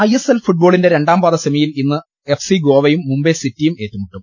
I S L ഫുട്ബോളിന്റെ രണ്ടാംപാദ സെമിയിൽ ഇന്ന് എഫ് സി ഗോവയും മുംബൈ സിറ്റിയും ഏറ്റുമുട്ടും